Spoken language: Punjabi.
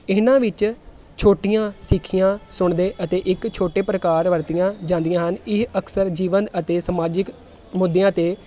ਇਹਨਾਂ ਵਿੱਚ ਛੋਟੀਆਂ ਸਿੱਖਿਆਂ ਸੁਣਦੇ ਅਤੇ ਇੱਕ ਛੋਟੇ ਪ੍ਰਕਾਰ ਵਰਤੀਆਂ ਜਾਂਦੀਆਂ ਹਨ ਇਹ ਅਕਸਰ ਜੀਵਨ ਅਤੇ ਸਮਾਜਿਕ ਮੁੱਦਿਆਂ 'ਤੇ